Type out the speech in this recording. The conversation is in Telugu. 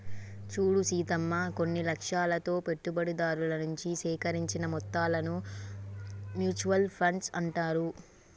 చూడు సీతమ్మ కొన్ని లక్ష్యాలతో పెట్టుబడిదారుల నుంచి సేకరించిన మొత్తాలను మ్యూచువల్ ఫండ్స్ అంటారు